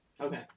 Okay